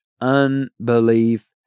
unbelief